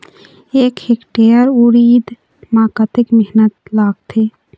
एक हेक्टेयर उरीद म कतक मेहनती लागथे?